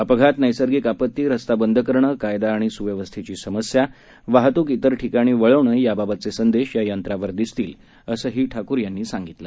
अपघात नैसर्गिक आपत्ती रस्ता बंद करणं कायदा आणि सुव्यवस्थेची समस्या वाहतूक वेर ठिकाणी वळवणं याबाबतघे संदेश या यंत्रांवर दिसतील अशी माहिती ठाकूर यांनी दिली